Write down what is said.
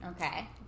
Okay